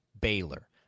Baylor